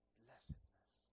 blessedness